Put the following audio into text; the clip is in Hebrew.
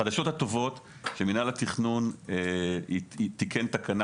החדשות הטובות הן שמינהל התכנון תיקן תקנה